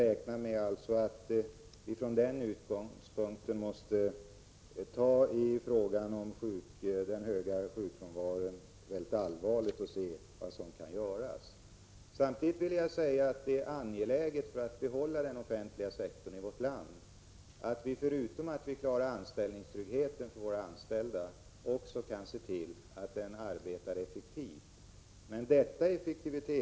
Vi måste ta frågan om den höga sjukfrånvaron på stort allvar och se efter vad som kan göras. Samtidigt vill jag säga att det, för att behålla den offentliga sektorn i vårt land, är angeläget att vi förutom att vi försöker klara anställningstryggheten för våra anställda också ser till att den offentliga sektorn arbetar effektivt.